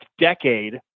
decade